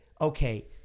Okay